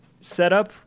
setup